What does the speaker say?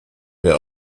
wir